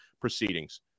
proceedings